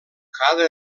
cada